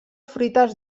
fruites